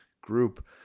group